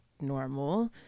normal